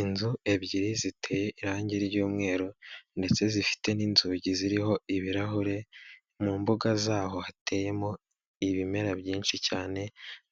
Inzi ebyiri ziteye irange ry'umweru ndetse zifite n'inzugi ziriho ibirahure; mu mbuga zaho hateyemo ibimera byinshi cyane,